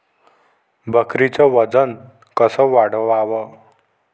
बकरीचं वजन कस वाढवाव?